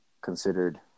considered